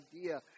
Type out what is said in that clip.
idea